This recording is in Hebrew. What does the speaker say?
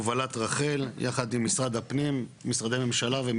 חבל שמשרד החינוך לא